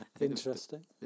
Interesting